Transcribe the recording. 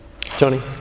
Tony